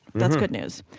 that's good news.